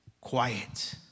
quiet